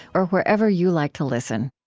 or wherever you like to listen